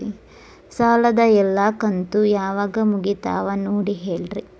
ಸಾಲದ ಎಲ್ಲಾ ಕಂತು ಯಾವಾಗ ಮುಗಿತಾವ ನೋಡಿ ಹೇಳ್ರಿ